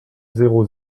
zéro